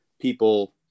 people